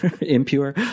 impure